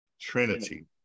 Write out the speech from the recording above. Trinity